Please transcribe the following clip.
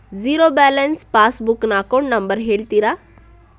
Zero balance passbook ನ account number ಹೇಳುತ್ತೀರಾ?